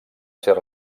ser